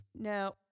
No